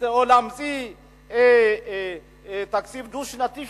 או להמציא תקציב דו-שנתי,